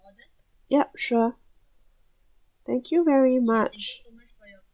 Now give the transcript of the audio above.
yup sure thank you very much